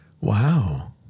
Wow